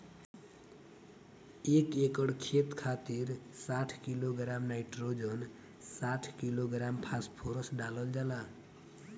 एक एकड़ खेत खातिर साठ किलोग्राम नाइट्रोजन साठ किलोग्राम फास्फोरस डालल जाला?